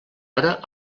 hora